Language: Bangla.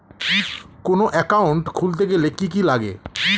কোন একাউন্ট খুলতে গেলে কি কি লাগে?